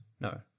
No